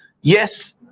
Yes